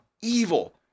evil